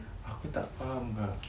aku tak faham kak